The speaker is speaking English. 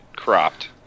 cropped